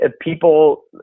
People